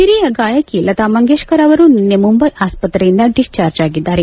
ಒರಿಯ ಗಾಯಕಿ ಲತಾ ಮಂಗೇಶ್ವರ್ ಅವರು ನಿನ್ನೆ ಮುಂಬೈ ಆಸ್ಪತ್ರೆಯಿಂದ ಡಿಸ್ವಾರ್ಜ್ ಆಗಿದ್ದಾರೆ